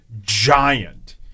Giant